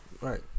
right